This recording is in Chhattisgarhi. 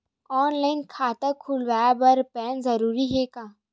ऑनलाइन खाता खुलवाय बर पैन जरूरी हे का?